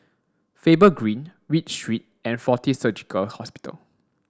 Faber Green Read Street and Fortis Surgical Hospital